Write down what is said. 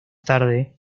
tarde